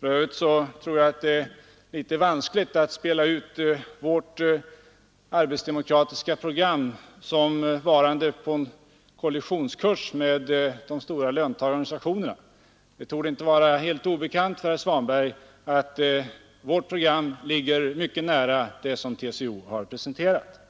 För övrigt tror jag att det är litet vanskligt att spela ut vårt arbetsdemokratiska program som varande på kollisionskurs med de stora löntagarorganisationerna. Det torde inte vara obekant för herr Svanberg att vårt program ligger mycket nära det som TCO presenterat.